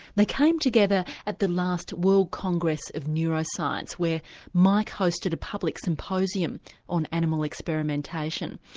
they came together at the last world congress of neuroscience, where mike hosted a public symposium on animal experimentation.